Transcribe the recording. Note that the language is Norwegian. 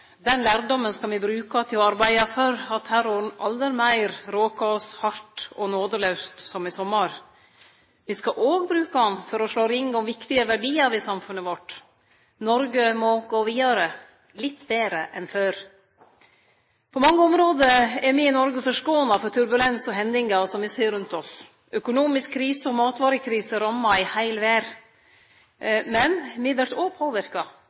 Den lærdomen skal me bruke til å arbeide for at terroren aldri meir råkar oss hardt og nådelaust som i sommar. Me skal òg bruke han for å slå ring om viktige verdiar ved samfunnet vårt. Noreg må gå vidare – litt betre enn før. På mange område er me i Noreg spart for turbulens og hendingar som me ser rundt oss. Økonomisk krise og matvarekriser rammar ei heil verd. Men me vert òg påverka.